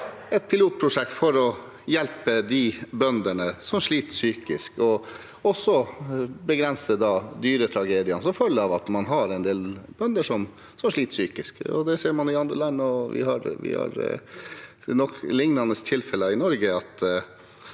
et pilotprosjekt for å hjelpe de bøndene som sliter psykisk, og med det begrense de dyretragediene som følger av at man har en del bønder som sliter slik? Det man ser i andre land – og vi har nok liknende tilfeller i Norge